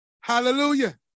Hallelujah